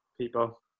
people